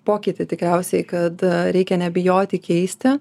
pokytį tikriausiai kad reikia nebijoti keisti